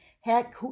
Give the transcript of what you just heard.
heck